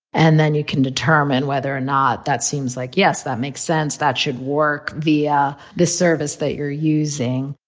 and then you can determine whether or not that seems like yes that makes sense, that should work via the service that you're using.